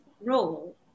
role